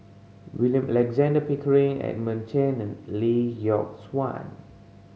William Alexander Pickering Edmund Chen and Lee Yock Suan